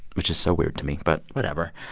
which is so weird to me, but whatever.